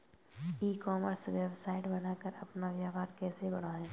ई commerce website बनाकर अपना व्यापार कैसे बढ़ाएँ?